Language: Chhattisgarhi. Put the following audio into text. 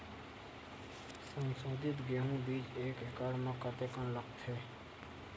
संसोधित गेहूं बीज एक एकड़ म कतेकन लगथे?